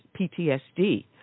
PTSD